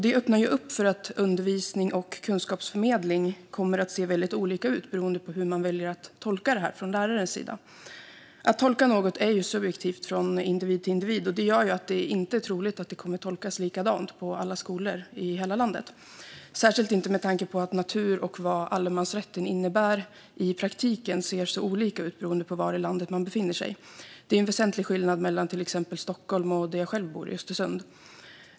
Det öppnar för att undervisning och kunskapsförmedling kommer att se olika ut beroende på hur man väljer att tolka detta från lärarens sida. Att tolka något är ju subjektivt från individ till individ. Detta gör att det inte är troligt att detta kommer att tolkas likadant på alla skolor i hela landet, särskilt inte med tanke på att natur och vad allemansrätten innebär i praktiken ser så olika ut beroende på var i landet man befinner sig. Det är en väsentlig skillnad mellan till exempel Stockholm och Östersund, där jag själv bor.